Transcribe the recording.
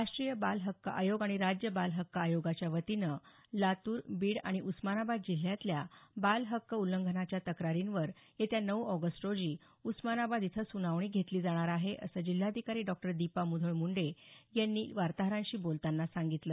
राष्ट्रीय बाल हक्क आयोग आणि राज्य बाल हक्क आयोगाच्या वतीनं लातूर बीड आणि उस्मानाबाद जिल्ह्यातल्या बाल हक्क उल्लंघनाच्या तक्रारींवर येत्या नऊ ऑगस्ट रोजी उस्मानाबाद इथं सुनावणी घेतली जाणार आहे असं जिल्हाधिकारी डॉक्टर दीपा मुधोळ मुंडे यांनी वार्ताहरांशी बोलतांना सांगितलं